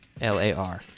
L-A-R